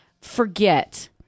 forget